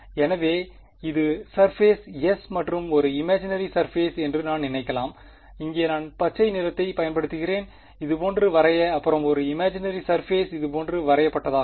எனவே இது surface S மற்றும் ஒரு இமாஜினரி சர்பேஸ் என்று நான் நினைக்கலாம் இங்கே நான் பச்சை நிறத்தை பயன்படுத்துகிறேன் இது போன்று வரைய அப்புறம் ஒரு இமாஜினரி சர்பேஸ் இது போன்று வரையப்பட்டதாகும்